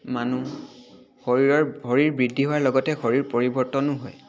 মানুহ শৰীৰৰ শৰীৰ বৃদ্ধি হোৱাৰ লগতে শৰীৰ পৰিৱৰ্তনো হয়